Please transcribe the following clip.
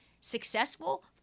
successful